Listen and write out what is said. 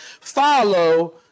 Follow